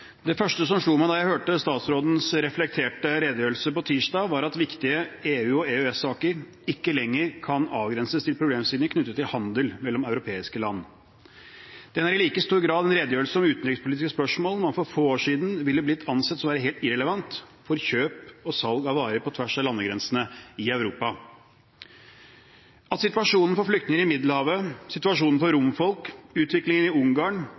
Det første som slo meg da jeg hørte statsrådens reflekterte redegjørelse på tirsdag, var at viktige EU- og EØS-saker ikke lenger kan avgrenses til problemstillinger knyttet til handel mellom europeiske land. Den er i like stor grad en redegjørelse om utenrikspolitiske spørsmål som for få år siden ville blitt ansett å være helt irrelevante for kjøp og salg av varer på tvers av landegrensene i Europa. At situasjonen for flyktninger i Middelhavet, situasjonen for romfolk, utviklingen i Ungarn,